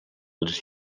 les